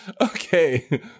Okay